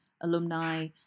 alumni